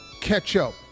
ketchup